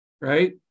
Right